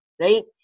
right